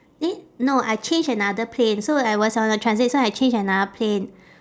eh no I change another plane so I was on a transit so I change another plane